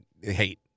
hate